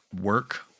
work